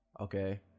Okay